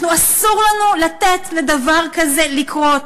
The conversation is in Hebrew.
אסור לנו לתת לדבר כזה לקרות.